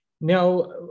Now